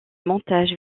montage